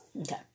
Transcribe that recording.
okay